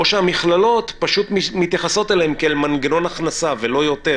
או שהמכללות פשוט מתייחסות אליהם כאל מנגנון הכנסה ולא יותר,